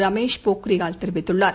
ரமேஷ் பொக்ரியால் தெரிவித்துள்ளார்